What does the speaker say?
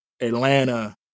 Atlanta